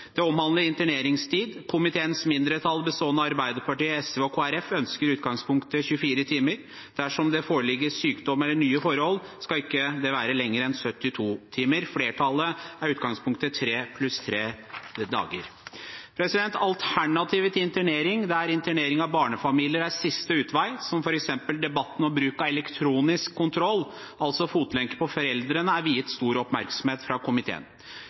interneringstid. Komiteens mindretall, bestående av Arbeiderpartiet, SV og Kristelig Folkeparti, ønsker i utgangspunktet 24 timer. Dersom det foreligger sykdom eller nye forhold, skal det ikke vare lenger enn 72 timer. Flertallet har utgangspunktet tre pluss tre dager. Alternativ til internering der internering av barnefamilier er siste utvei, som f.eks. bruk av elektronisk kontroll, altså fotlenke til foreldrene, er viet stor oppmerksomhet fra komiteen.